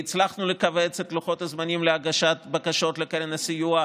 והצלחנו לכווץ את לוחות הזמנים להגשת בקשות לקרן הסיוע,